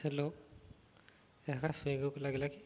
hello ଏହା ସ୍ଵିଗିକୁ ଲାଗିଲା କି